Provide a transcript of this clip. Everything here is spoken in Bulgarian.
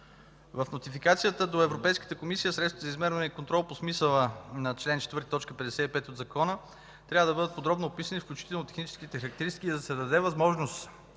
В нотификацията до Европейската комисия средствата за измерване и контрол по смисъла на чл. 4, т. 55 от Закона трябва да бъдат подробно описани, включително техническите характеристики, и да се даде възможност